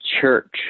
church